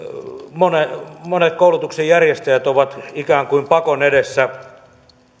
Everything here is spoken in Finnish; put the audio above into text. monet koulutuksen järjestäjät ovat ikään kuin pakon edessä